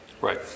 Right